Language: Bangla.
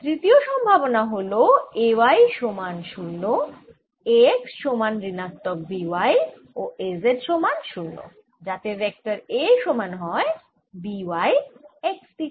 তৃতীয় সম্ভাবনা হল A y সমান 0 A x সমান ঋণাত্মক B y ও A z সমান 0 যাতে ভেক্টর A সমান হয় B y x দিকে